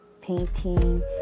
painting